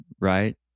right